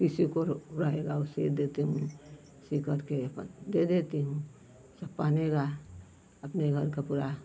किसी को रहेगा ओ सी देती हूँ सीकर के अपन दे देती हूँ सब पहनेगा अपने घर का पूरा